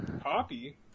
Poppy